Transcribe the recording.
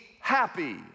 happy